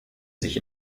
sich